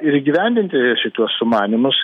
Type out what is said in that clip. ir įgyvendinti šituos sumanymus